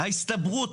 ההסתברות,